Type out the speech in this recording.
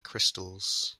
crystals